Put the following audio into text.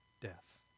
death